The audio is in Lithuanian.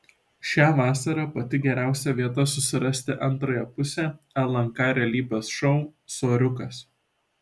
šią vasarą pati geriausia vieta susirasti antrąją pusę lnk realybės šou soriukas